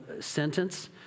sentence